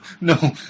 no